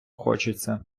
хочеться